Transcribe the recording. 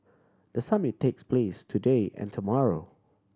the summit takes place today and tomorrow